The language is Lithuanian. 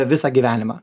visą gyvenimą